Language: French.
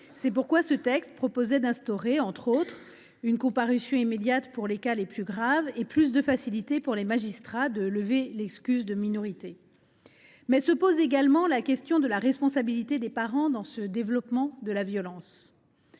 C’est pourquoi ce texte visait à instaurer, entre autres, une comparution immédiate des mineurs pour les cas les plus graves et à donner plus de facilité aux magistrats pour lever l’excuse de minorité. Toutefois, se pose également la question de la responsabilité des parents dans ce développement de la violence.